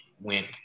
went